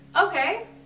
Okay